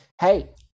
hey